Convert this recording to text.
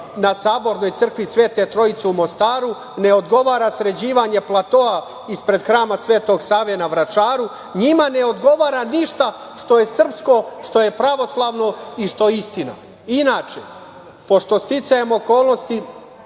na Sabornoj crkvi Svete Trojice u Mostaru, ne odgovara sređivanje platoa ispred Hrama Svetog Sava na Vračaru. Njima ne odgovara ništa što je srpsko, što je pravoslavno i što je istina. Inače, pošto sticajem okolnosti